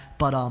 but,